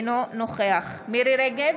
אינו נוכח מירי מרים רגב,